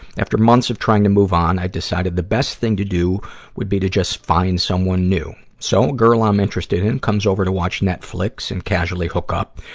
after months of trying to move on, i decided the best thing to do would be to just find someone new. so, a girl i'm interested in comes over to watch netflix and casually hook up.